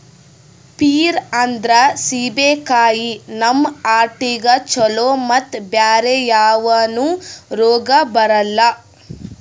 peer ಅಂದ್ರ ಸೀಬೆಕಾಯಿ ನಮ್ ಹಾರ್ಟಿಗ್ ಛಲೋ ಮತ್ತ್ ಬ್ಯಾರೆ ಯಾವನು ರೋಗ್ ಬರಲ್ಲ್